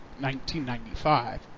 1995